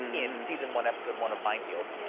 in season one episode one of mind field.